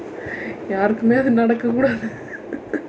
யாருக்குமே அது நடக்க கூடாது:yaarukkumee athu nadakka kuudaathu